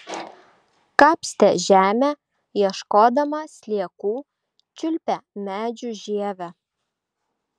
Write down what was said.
kapstė žemę ieškodama sliekų čiulpė medžių žievę